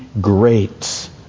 great